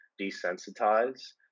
desensitize